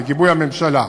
בגיבוי הממשלה,